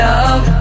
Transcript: Love